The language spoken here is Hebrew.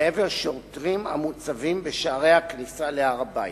לעבר שוטרים המוצבים בשערי הכניסה להר-הבית.